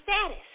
status